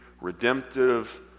redemptive